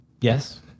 Yes